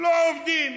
לא עובדים.